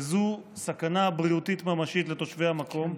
וזו סכנה בריאותית ממשית לתושבי המקום,